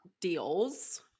deals